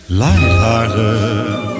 lighthearted